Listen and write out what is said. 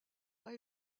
pas